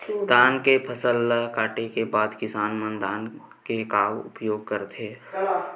धान के फसल ला काटे के बाद किसान मन धान के का उपयोग करथे?